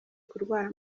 kurwara